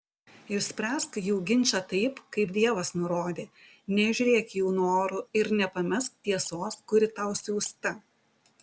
išspręsk jų ginčą taip kaip dievas nurodė nežiūrėk jų norų ir nepamesk tiesos kuri tau siųsta